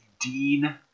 Dean